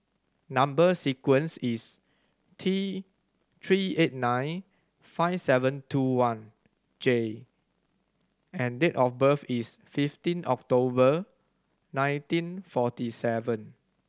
number sequence is T Three eight nine five seven two one J and date of birth is fifteen October nineteen forty seven